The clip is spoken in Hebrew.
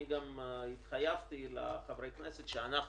אני גם התחייבתי לחברי הכנסת שאנחנו,